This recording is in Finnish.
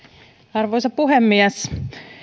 arvoisa puhemies